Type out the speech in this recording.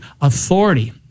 authority